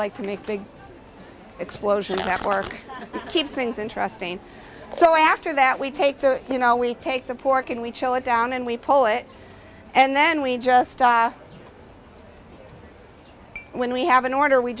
like to make big explosion to keep things interesting so after that we take the you know we take the pork and we chill it down and we polish it and then we just when we have an order we